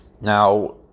Now